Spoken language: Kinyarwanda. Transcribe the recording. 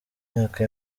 myaka